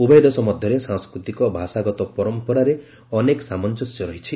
ଉଭୟ ଦେଶ ମଧ୍ୟରେ ସାଂସ୍କୃତିକ ଭାଷାଗତ ପରମ୍ପରାରେ ଅନେକ ସାମଞ୍ଜସ୍ୟ ରହିଛି